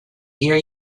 ear